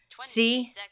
See